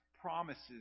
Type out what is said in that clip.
promises